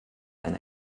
eine